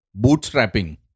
bootstrapping